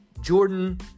Jordan